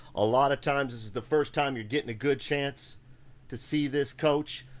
a lot of times, this is the first time you're getting a good chance to see this coach.